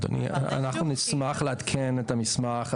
אדוני, אנחנו נשמח לעדכן את המסמך.